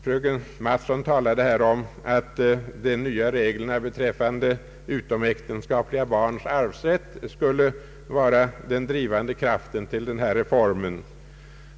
Fröken Mattson talade här om att de nya reglerna beträffande utomäktenskapliga barns arvsrätt skulle vara den drivande kraften till denna reform.